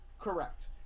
Correct